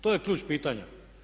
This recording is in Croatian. To je ključ pitanja.